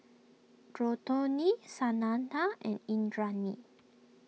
Santha and Indranee